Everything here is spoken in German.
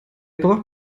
braucht